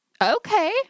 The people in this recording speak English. okay